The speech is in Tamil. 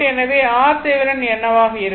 எனவே RThevenin என்னவாக இருக்கும்